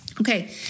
Okay